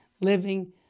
living